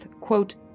quote